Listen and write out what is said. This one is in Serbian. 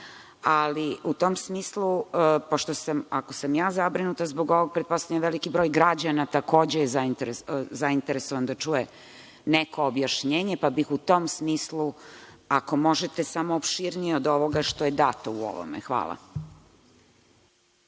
U tom smislu, ako sam ja zabrinuta zbog ovog, pretpostavljam veliki broj građana takođe, je zainteresovan da čuje neko objašnjenje , pa bih u tom smislu, ako možete samo opširnije od ovoga što je dato u ovome. Hvala.